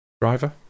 driver